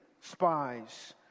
spies